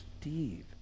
Steve